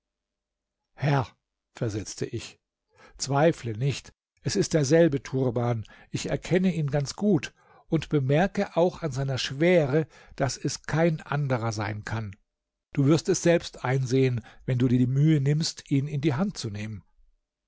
herr versetzte ich zweifle nicht es ist derselbe turban ich erkenne ihn ganz gut und bemerke auch an seiner schwere daß es kein anderer sein kann du wirst es selbst einsehen wenn du dir die mühe nimmst ihn in die hand zu nehmen